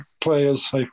players